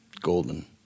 Golden